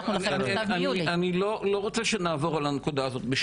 שלחנו לכם מכתב- -- אני לא רוצה שנעבור על הנקודה הזו בשתיקה.